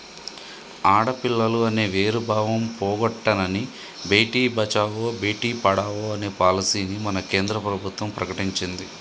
ఆడపిల్లలు అనే వేరు భావం పోగొట్టనని భేటీ బచావో బేటి పడావో అనే పాలసీని మన కేంద్ర ప్రభుత్వం ప్రకటించింది